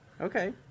Okay